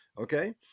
Okay